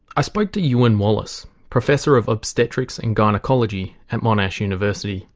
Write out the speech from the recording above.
i spoke to euan wallace, professor of obstetrics and gynaecology at monash university.